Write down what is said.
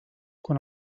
quan